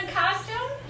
costume